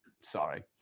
Sorry